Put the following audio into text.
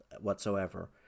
whatsoever